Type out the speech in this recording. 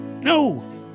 No